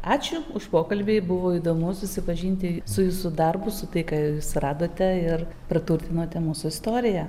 ačiū už pokalbį buvo įdomu susipažinti su jūsų darbu su tai ką suradote ir praturtinote mūsų istoriją